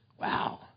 Wow